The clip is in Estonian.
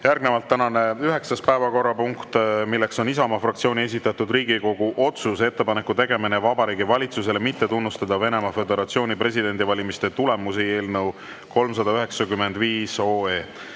lükatud. Järgnevalt tänane üheksas päevakorrapunkt, milleks on Isamaa fraktsiooni esitatud Riigikogu otsuse "Ettepaneku tegemine Vabariigi Valitsusele mitte tunnustada Venemaa Föderatsiooni presidendivalimiste tulemusi" eelnõu 395.